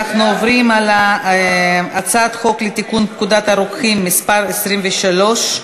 אנחנו עוברים להצעת חוק לתיקון פקודת הרוקחים (מס' 23)